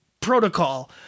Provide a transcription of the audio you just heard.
protocol